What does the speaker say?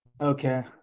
Okay